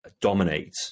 dominate